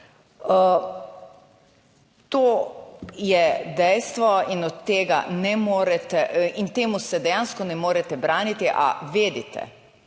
ne morete in temu se dejansko ne morete braniti, a vedite,